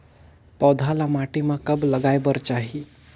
पौधा ल माटी म कब लगाए बर चाही?